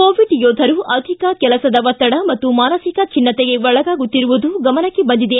Covid ಯೋಧರು ಅಧಿಕ ಕೆಲಸದ ಒತ್ತಡ ಹಾಗೂ ಮಾನಸಿಕ ಖಿನ್ನತೆಗೆ ಒಳಗಾಗುತ್ತಿರುವುದು ಗಮನಕ್ಕೆ ಬಂದಿದೆ